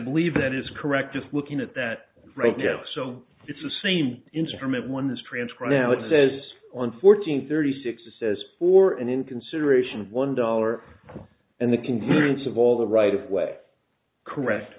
believe that is correct just looking at that right so it's the same instrument one is transferred now it says on fourteen thirty six a says for and in consideration of one dollar and the convenience of all the right of way correct